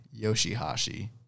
Yoshihashi